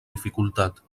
dificultat